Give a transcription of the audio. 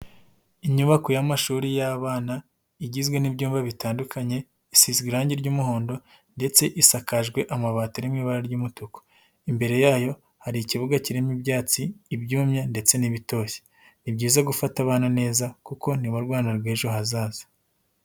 Inyubako y'amashuri y'abana igizwe n'ibyumba bitandukanye, isizwe irangi ry'umuhondo ndetse isakajwe amabati ari mu ibara ry'umutuku, imbere yayo hari ikibuga kirimo ibyatsi, ibyumye ndetse n'ibitoshye. Ni byiza gufata abana neza kuko nibo Rwanda rw'ejo hazaza.